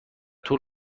طول